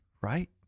right